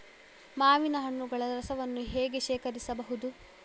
ಮಾವಿನ ಹಣ್ಣುಗಳ ರಸವನ್ನು ಹೇಗೆ ಶೇಖರಿಸಬಹುದು?